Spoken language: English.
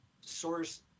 source